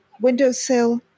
windowsill